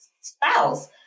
spouse